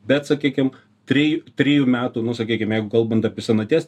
bet sakykim trijų trijų metų nu sakykim jeigu kalbant apie senaties